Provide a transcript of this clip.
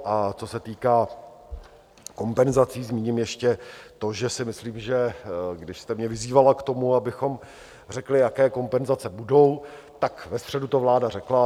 A co se týká kompenzací, zmíním ještě to, že si myslím, že když jste mě vyzývala k tomu, abychom řekli, jaké kompenzace budou, tak ve středu to vláda řekla.